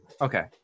Okay